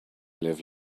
live